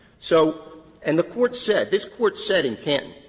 so and the court said this court said in canton,